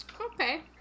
Okay